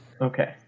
Okay